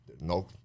No